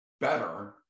better